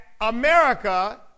America